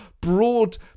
broad